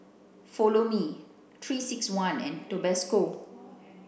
follow Me three six one and Tabasco